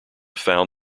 found